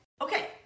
okay